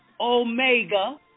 Omega